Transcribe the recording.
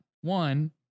one